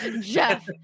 Jeff